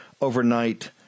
overnight